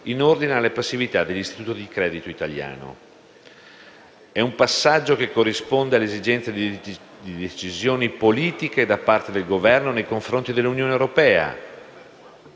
in ordine alle passività degli istituti di credito italiani. Si tratta di un passaggio che corrisponde alle esigenze di decisioni politiche da parte del Governo nei confronti dell'Unione europea